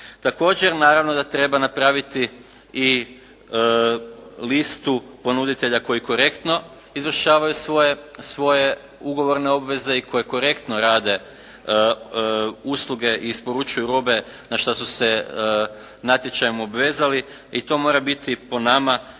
Također naravno da treba napraviti i listu ponuditelja koji korektno izvršavaju svoje ugovorne obveze i koji korektno rade usluge i isporučuju robe na šta su se natječajem obvezali i to mora biti po nama javno